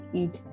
eat